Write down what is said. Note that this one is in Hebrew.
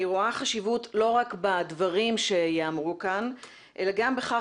אני רואה חשיבות לא רק בדברים שייאמרו כאן אלא גם בכך